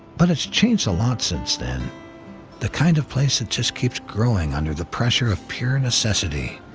but it's changed a lot since then the kind of place that just keeps growing under the pressure of pure necessity,